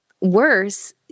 worse